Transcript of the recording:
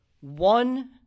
One